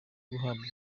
guhabwa